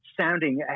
Sounding